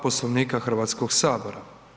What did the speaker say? Poslovnika Hrvatskog sabora.